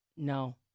No